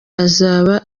azaba